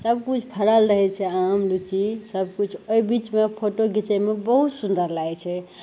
सबकिछु फड़ल रहै छै आम लिच्ची सबकिछु ओहि बीचमे फोटो घिचैमे बहुत सुन्दर लागै छै